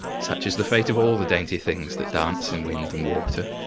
such is the fate of all the dainty things that dance in wind and water.